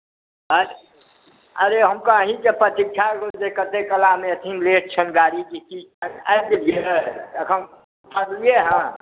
अरे अरे हम तऽ अहीँके प्रतीक्षामे छी कतेक कलामे एथिन लेट छनि गाड़ी की छनि आबि गेलियै एखन उतरलियै हेँ